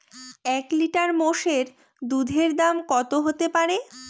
এক লিটার মোষের দুধের দাম কত হতেপারে?